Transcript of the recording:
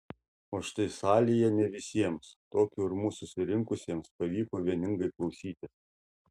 o štai salėje ne visiems tokiu urmu susirinkusiems pavyko vieningai klausytis